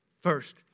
First